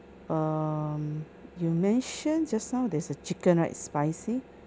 um you mentioned just now there's a chicken right spicy